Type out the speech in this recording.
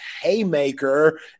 haymaker